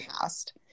past